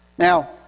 Now